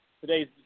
today's